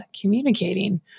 communicating